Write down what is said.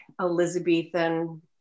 Elizabethan